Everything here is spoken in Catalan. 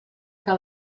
que